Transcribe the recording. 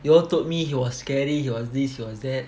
you all told me he was scary he was this he was that